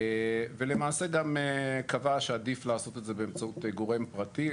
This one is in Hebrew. ולמעשה גם קבעה שעדיף לעשות את זה באמצעות גורם פרטי.